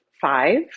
five